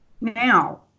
now